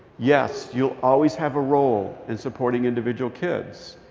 yes, you'll always have a role in supporting individual kids.